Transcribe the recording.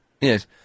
Yes